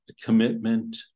commitment